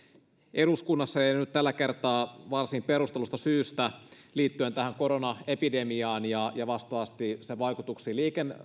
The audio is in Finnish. eduskunnassa ja nyt tällä kertaa varsin perustellusta syystä liittyen tähän koronaepidemiaan ja ja vastaavasti sen vaikutuksiin